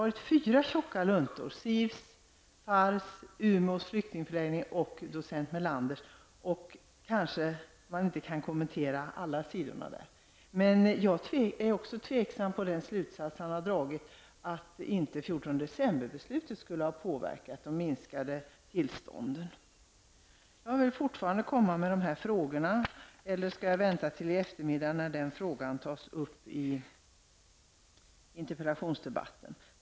Jag har fyra tjocka luntor: SIVs, FARRs, Umeås flyktingsförläggnings och docent Melanders. Jag kan väl inte kommentera alla sidorna där, men jag är också tveksam till den slutsats som Melander har dragit, att beslutet den 14 december inte skulle ha påverkat att antalet tillstånd har minskat. Jag vill fortfarande komma med mina frågor. Eller skall jag vänta till eftermiddag i samband med interpellationsdebatten?